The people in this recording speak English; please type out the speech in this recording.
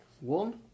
one